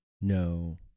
no